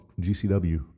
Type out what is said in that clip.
GCW